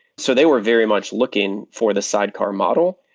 so they were very much looking for the sidecar model,